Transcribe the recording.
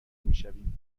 میشویم